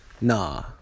Nah